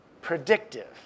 predictive